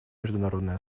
международное